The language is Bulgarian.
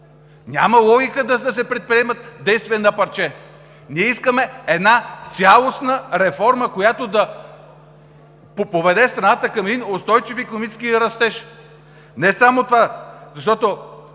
Няма логика да се предприемат действия на парче. Ние искаме една цялостна реформа, която да поведе страната към устойчив икономически растеж – не само това, защото,